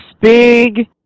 big